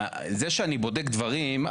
זה שאני בודק דברים,